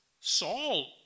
Saul